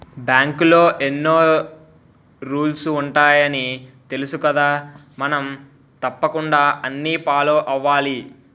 బాంకులో ఎన్నో రూల్సు ఉంటాయని తెలుసుకదా మనం తప్పకుండా అన్నీ ఫాలో అవ్వాలి